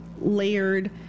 layered